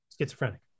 schizophrenic